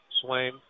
Swain